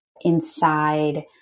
inside